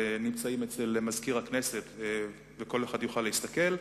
נמצאים אצל מזכיר הכנסת וכל אחד יוכל להסתכל.